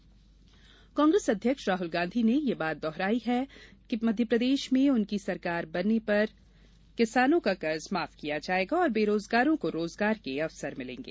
राहल गांधी कांग्रेस अध्यक्ष राहुल गांधी ने ये बात दोहराई है कि मध्यप्रदेश में उनकी सरकार बनने पर किसानों का कर्ज माफ किया जायेगा और बेरोजगारों को रोजगार के अवसर मिलेंगे